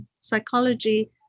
psychology